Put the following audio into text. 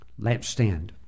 lampstand